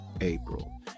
April